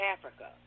Africa